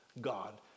God